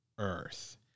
Earth